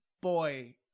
boy